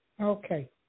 Okay